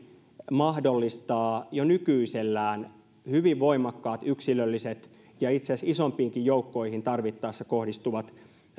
mahdollistaa jo nykyisellään hyvin voimakkaat yksilölliset ja itse asiassa isompiinkin joukkoihin tarvittaessa kohdistuvat